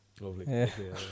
Lovely